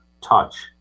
touch